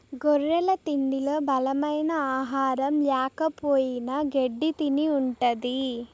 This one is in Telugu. గొర్రెల తిండిలో బలమైన ఆహారం ల్యాకపోయిన గెడ్డి తిని ఉంటది